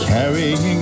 Carrying